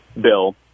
bill